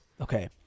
okay